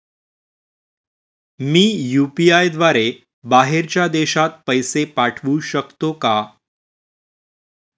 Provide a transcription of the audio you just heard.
मी UPI द्वारे बाहेरच्या देशात पैसे पाठवू शकतो का?